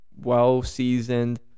well-seasoned